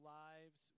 lives